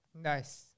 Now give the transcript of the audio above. Nice